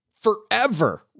forever